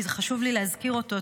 כי זה חשוב לי להזכיר אותו.